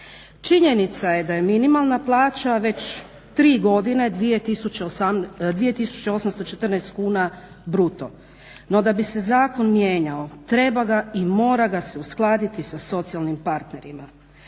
Činjenica je da je minimalna plaća već tri godine 2814 kuna bruto, no da bi se zakon mijenjao treba ga i mora ga se uskladiti sa socijalnim partnerima.